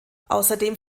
außerdem